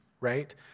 right